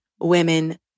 women